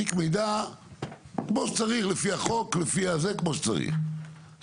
תיק מידע כמו שצריך לפי החוק כמו שצריך,